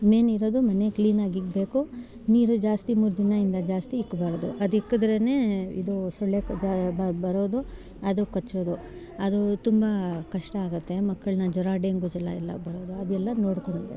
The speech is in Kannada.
ಮೇನ್ ಇರೋದು ಮನೆ ಕ್ಲೀನಾಗಿಡಬೇಕು ನೀರು ಜಾಸ್ತಿ ಮೂರು ದಿನದಿಂದ ಜಾಸ್ತಿ ಇಡ್ಬಾರ್ದು ಅದು ಇಕ್ಕಿದ್ರೇನೆ ಇದು ಸೊಳ್ಳೆ ಬರೋದು ಅದು ಕಚ್ಚೋದು ಅದು ತುಂಬ ಕಷ್ಟ ಆಗುತ್ತೆ ಮಕ್ಕಳನ್ನು ಜ್ವರ ಡೆಂಗು ಜ್ವರ ಎಲ್ಲ ಬರೋದು ಅದೆಲ್ಲ ನೋಡ್ಕೊಳ್ಬೇಕು